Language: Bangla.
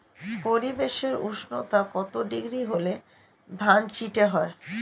পরিবেশের উষ্ণতা কত ডিগ্রি হলে ধান চিটে হয়?